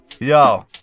Yo